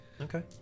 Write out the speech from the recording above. Okay